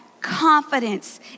confidence